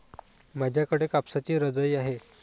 माझ्याकडे कापसाची रजाई आहे